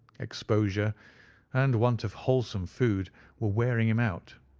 exposure and want of wholesome food were wearing him out.